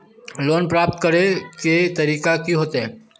Loan प्राप्त करे के तरीका की होते?